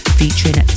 featuring